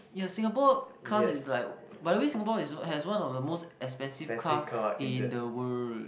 ya Singapore cars is like by way Singapore is has one of the most expensive car in the world